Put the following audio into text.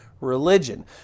religion